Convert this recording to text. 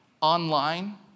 online